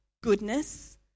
goodness